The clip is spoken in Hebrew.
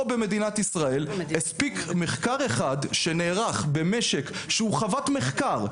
פה במדינת ישראל הספיק מחקר אחד שנערך במשק שהוא חוות מחקר,